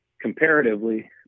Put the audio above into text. comparatively